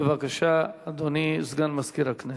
בבקשה, אדוני סגן מזכירת הכנסת.